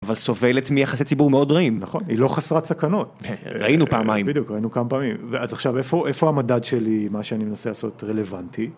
אבל סובלת מיחסי ציבור מאוד רעים, נכון, היא לא חסרת סכנות, ראינו פעמיים, בדיוק ראינו כמה פעמים, אז עכשיו איפה המדד שלי, מה שאני מנסה לעשות רלוונטי?